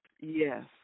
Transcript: Yes